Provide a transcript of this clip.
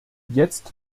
jetzt